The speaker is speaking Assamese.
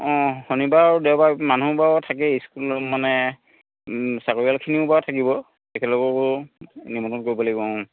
অ' শনিবাৰ আৰু দেওবাৰ মানুহ বাৰু থাকেই স্কুল মানে চাকৰিয়ালখিনিও বাৰু থাকিব তেখেত সকলকো নিমন্ত্ৰণ কৰিব লাগিব